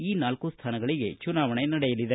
ಈ ನಾಲ್ಲು ಸ್ಥಾನಗಳಿಗೆ ಚುನಾವಣೆ ನಡೆಯಲಿದೆ